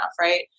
right